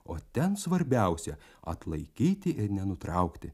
o ten svarbiausia atlaikyti ir nenutraukti